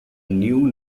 new